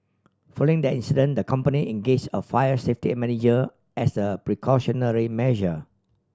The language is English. following that incident the company engage a fire safety manager as a precautionary measure